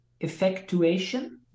effectuation